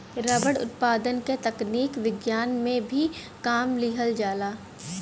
rubber उत्पादन क तकनीक विज्ञान में भी काम लिहल जाला